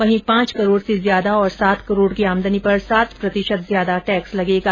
वहीं पांच करोड से ज्यादा और सात करोड की आमदनी पर सात प्रतिशत ज्यादा टैक्स लगेगा